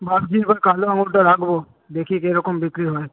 ভাবছি এবার কালো আঙুরটা রাখব দেখি কী রকম বিক্রি হয়